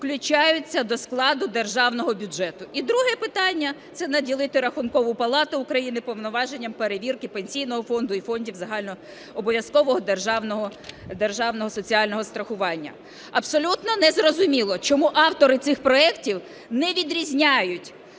включаються до складу державного бюджету. І друге питання, це наділити Рахункову палату України повноваженнями перевірки Пенсійного фонду і Фонду загальнообов'язкового державного соціального страхування. Абсолютно незрозуміло, чому автори цих проектів не відрізняють